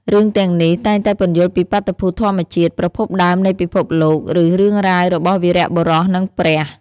រឿងទាំងនេះតែងតែពន្យល់ពីបាតុភូតធម្មជាតិ ប្រភពដើមនៃពិភពលោក ឬរឿងរ៉ាវរបស់វីរបុរស និងព្រះ។